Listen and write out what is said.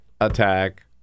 attack